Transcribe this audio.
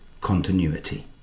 Continuity